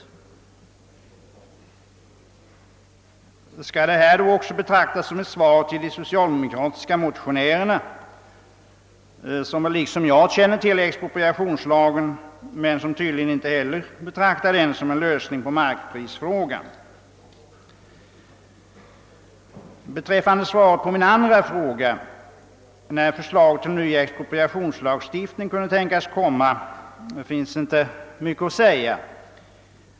Skall detta interpellationssvar också betraktas som ett svar till de socialdemokratiska motionärerna, vilka också torde känna till expropriationslagen, men tydligen inte heller betraktar den som en lösning på markprisfrågan? Beträffande svaret på min andra fråga när förslaget till ny expropriationslagstiftning kunde tänkas komma, finns inte mycket att säga.